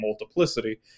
multiplicity